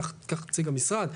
כך הציג המשרד.